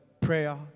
prayer